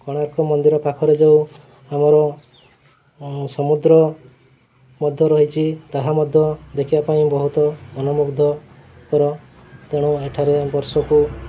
କୋଣାର୍କ ମନ୍ଦିର ପାଖରେ ଯେଉଁ ଆମର ସମୁଦ୍ର ମଧ୍ୟ ରହିଛି ତାହା ମଧ୍ୟ ଦେଖିବା ପାଇଁ ବହୁତ ଅନମୁଗ୍ଧ କର ତେଣୁ ଏଠାରେ ବର୍ଷକୁ